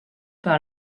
par